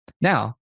Now